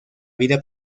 vida